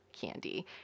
candy